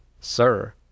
Sir